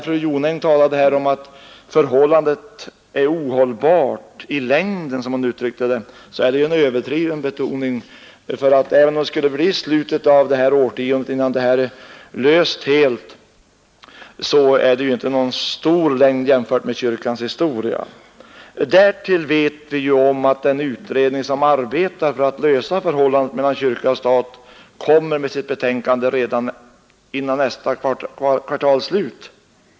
Fru Jonäng talade här om att förhållandet är ohållbart i längden, som hon uttryckte det. Det är en överdriven betoning, för även om det skulle dröja till slutet av det här artiondet innan problemet är helt löst, är det inte nägon läng tid jämfört med kyrkans historia. Dessutom vet vi ju om att den utredning som arbetar för att lösa frågan om förhållandet mellan kyrka och stat kommer med sitt betänkande redan före nästa kvartals slut.